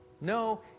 no